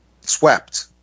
swept